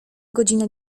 godzina